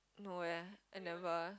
no leh and never